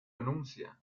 anuncia